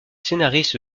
scénaristes